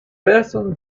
person